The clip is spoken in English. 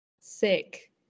sick